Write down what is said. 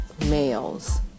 males